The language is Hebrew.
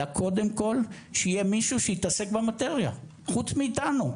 אלא קודם כל שיהיה מישהו שיתעסק במטרייה חוץ מאיתנו.